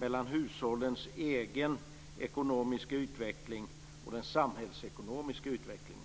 mellan hushållens egen ekonomiska utveckling och den samhällsekonomiska utvecklingen.